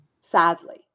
sadly